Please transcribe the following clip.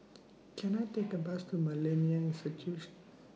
Can I Take A Bus to Millennia Institution